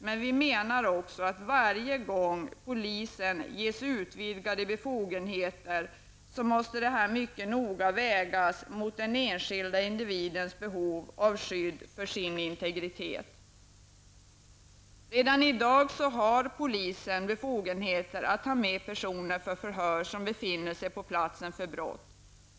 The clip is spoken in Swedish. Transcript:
Men vi menar också att varje gång polisen ges utvidgade befogenheter måste det mycket noga vägas mot den enskilda individens behov av skydd för sin integritet. Polisen har redan i dag befogenheter att ta med personer för förhör som befinner sig på platsen för brott.